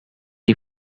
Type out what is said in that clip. the